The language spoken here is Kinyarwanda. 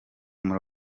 muri